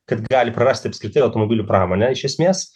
kad gali prarasti apskritai automobilių pramonę iš esmės